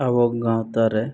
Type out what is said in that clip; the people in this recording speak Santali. ᱟᱵᱚ ᱜᱟᱶᱛᱟ ᱨᱮ